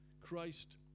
Christ